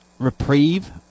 Reprieve